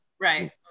right